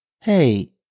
Hey